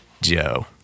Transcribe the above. Joe